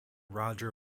roger